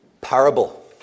parable